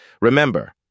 Remember